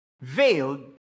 veiled